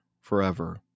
forever